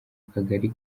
kagari